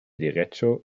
derecho